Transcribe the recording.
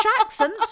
accent